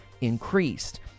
increased